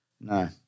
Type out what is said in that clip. No